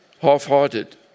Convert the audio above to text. half-hearted